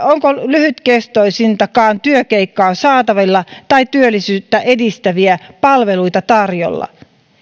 onko lyhytkestoisintakaan työkeikkaa saatavilla tai työllisyyttä edistäviä palveluita tarjolla myös